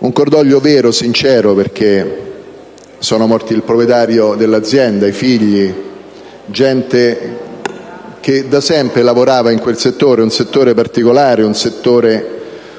un cordoglio vero e sincero, perché sono morti il proprietario dell'azienda e i figli, gente che da sempre lavorava in quel settore, un settore particolare,